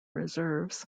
reserves